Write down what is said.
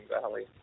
Valley